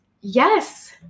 Yes